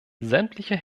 sämtliche